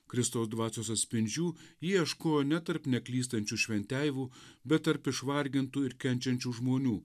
kristaus dvasios atspindžių ieško ne tarp neklystančių šventeivų bet tarp išvargintų ir kenčiančių žmonių